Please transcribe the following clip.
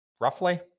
roughly